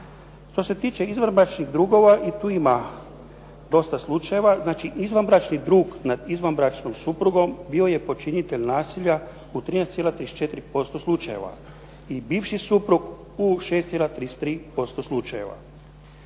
Što se tiče izvanbračnih drugova i tu ima dosta slučajeva. Znači, izvanbračni drug nad izvanbračnom suprugom bio je počinitelj nasilja u 13,34% slučajeva. I bivši suprug u 6,33% slučajeva.